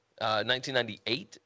1998